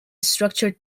structured